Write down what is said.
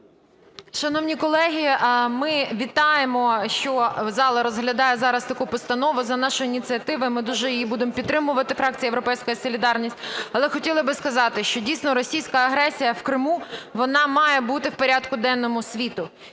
Шановні колеги, ми вітаємо, що зала розглядає зараз таку постанову за нашої ініціативи, ми дуже її будемо підтримувати, фракція "Європейська солідарність". Але хотіла би сказати, що дійсно російська агресія в Криму вона має бути в порядку денному світу